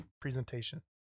presentation